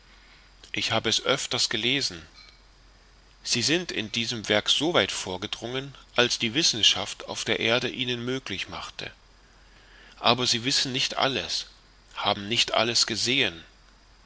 ich hab es öfters gelesen sie sind in diesem werk so weit vorgedrungen als die wissenschaft auf der erde ihnen möglich machte aber sie wissen nicht alles haben nicht alles gesehen